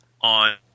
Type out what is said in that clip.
on